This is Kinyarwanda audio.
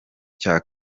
cya